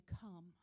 come